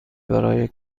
برای